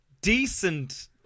Decent